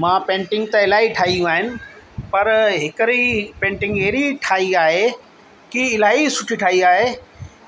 मां पेंटिंग त इलाही ठाहियूं आहिनि पर हिकिड़ी पेंटिंग अहिड़ी ठाहीं आहे कि इलाही सुठी ठाहीं आहे